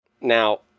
Now